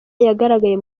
yagaragaye